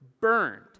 burned